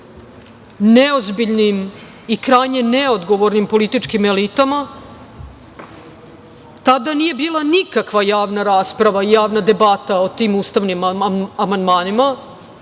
neozbiljnim i krajnje neodgovornim političkim elitama. Tada nije bila nikakva javna rasprava i javna debata o tim ustavnim amandmanima.